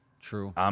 True